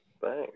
thanks